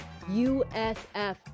USF